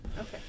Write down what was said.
Okay